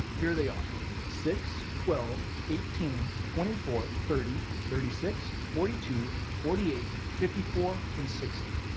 here they are six, twelve, eighteen, twenty four, thirty, thirty six, forty two, forty eight, fifty four, and sixty.